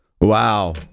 wow